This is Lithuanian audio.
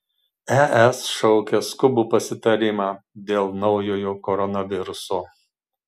es šaukia skubų pasitarimą dėl naujojo koronaviruso